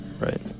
Right